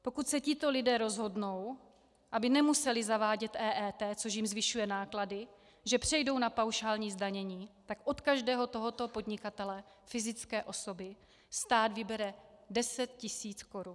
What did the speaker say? Pokud se tito lidé rozhodnou, aby nemuseli zavádět EET, což jim zvyšuje náklady, že přejdou na paušální zdanění, tak od každého tohoto podnikatele fyzické osoby stát vybere 10 tisíc korun.